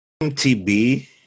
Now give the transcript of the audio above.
MTB